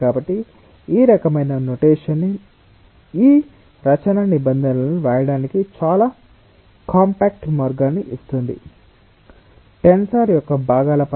కాబట్టి ఈ రకమైన నొటేషన్ ఈ రచనా నిబంధనలను వ్రాయడానికి చాలా కాంపాక్ట్ మార్గాన్ని ఇస్తుంది స్ట్రెస్ టెన్సర్ యొక్క భాగాల పరంగా ఈ ట్రాక్షన్ వెక్టర్